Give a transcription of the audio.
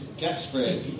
catchphrase